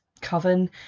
coven